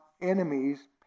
enemies